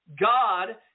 God